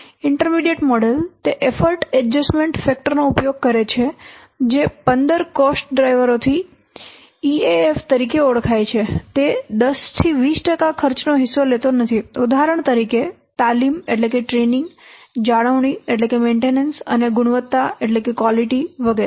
intermediate model તે effort adjustment factor નો ઉપયોગ કરે છે જે 15 કોસ્ટ ડ્રાઇવરોથી EAF તરીકે ઓળખાય છે તે 10 થી 20 ટકા ખર્ચનો હિસ્સો લેતો નથી ઉદાહરણ તરીકે તાલીમ જાળવણી અને ગુણવત્તા વગેરે